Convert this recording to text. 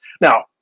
now